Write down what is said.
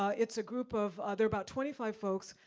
ah it's a group of, ah they're about twenty five folks,